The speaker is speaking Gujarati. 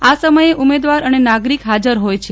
આ સમયે ઉમેદવાર અને નાગરિક હાજર હોય છે